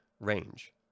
range